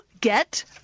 get